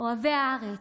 אוהבי הארץ,